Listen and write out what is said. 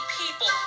people